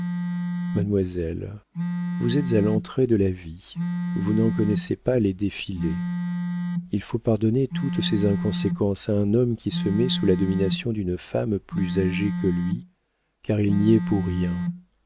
mademoiselle vous êtes à l'entrée de la vie vous n'en connaissez pas les défilés il faut pardonner toutes ses inconséquences à un homme qui se met sous la domination d'une femme plus âgée que lui car il n'y est pour rien